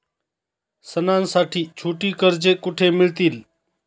सणांसाठी छोटी कर्जे कुठे मिळतील?